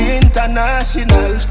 international